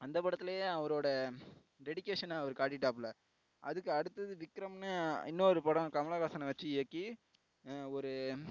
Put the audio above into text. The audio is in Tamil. அந்தப் படத்தில் அவரோடய டெடிக்கேஷனை அவர் காட்டிட்டாப்ல அதுக்கு அடுத்தது விக்ரம்ன்னு இன்னொரு படம் கமலஹாசனை வச்சு இயக்கி ஒரு